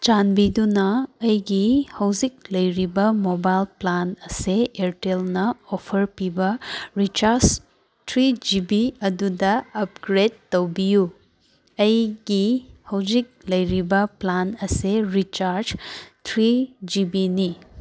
ꯆꯥꯟꯕꯤꯗꯨꯅ ꯑꯩꯒꯤ ꯍꯧꯖꯤꯛ ꯂꯩꯔꯤꯕ ꯃꯣꯕꯥꯏꯜ ꯄ꯭ꯂꯥꯟ ꯑꯁꯦ ꯏꯌꯥꯔꯇꯦꯜꯅ ꯑꯣꯐꯔ ꯄꯤꯕ ꯔꯤꯆꯥꯔꯖ ꯊ꯭ꯔꯤ ꯖꯤ ꯕꯤ ꯑꯗꯨꯗ ꯑꯞꯒ꯭ꯔꯦꯠ ꯇꯧꯕꯤꯌꯨ ꯑꯩꯒꯤ ꯍꯧꯖꯤꯛ ꯂꯩꯔꯤꯕ ꯄ꯭ꯂꯥꯟ ꯑꯁꯦ ꯔꯤꯆꯥꯔꯖ ꯊ꯭ꯔꯤ ꯖꯤ ꯕꯤꯅꯤ